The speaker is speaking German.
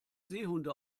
seehunde